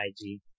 IG